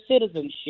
citizenship